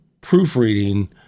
proofreading